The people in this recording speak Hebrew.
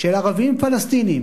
של ערבים פלסטינים